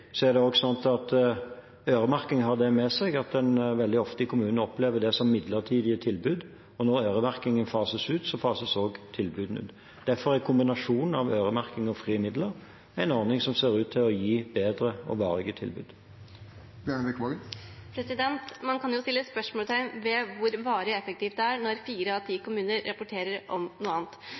er det også sånn at øremerking har det med seg at en veldig ofte i kommunene opplever det som midlertidige tilbud, og når øremerkingen fases ut, fases også tilbudene ut. Derfor er kombinasjonen av øremerking og frie midler en ordning som ser ut til å gi bedre og varige tilbud. Man kan jo sette spørsmålstegn ved hvor varig og effektivt det er når fire av ti kommuner rapporter om noe annet.